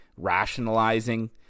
rationalizing